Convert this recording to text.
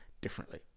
differently